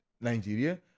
Nigeria